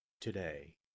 today